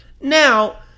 Now